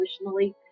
emotionally